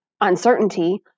uncertainty